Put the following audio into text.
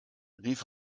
rief